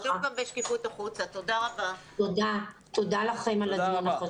תודה לכם על הדיון.